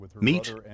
Meet